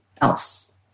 else